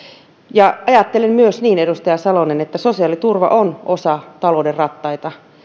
ja ajattelen myös niin edustaja salonen että sosiaaliturva on osa talouden rattaita